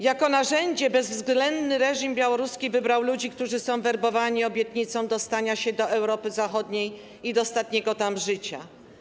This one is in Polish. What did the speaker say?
Jako narzędzie bezwzględny reżim białoruski wybrał ludzi, którzy są werbowani za pomocą obietnicy przedostania się do Europy Zachodniej i dostatniego tam życia.